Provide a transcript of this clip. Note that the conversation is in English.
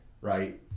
right